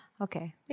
Okay